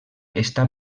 està